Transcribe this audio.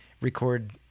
record